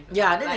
ya then they